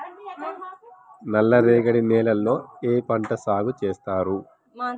నల్లరేగడి నేలల్లో ఏ పంట సాగు చేస్తారు?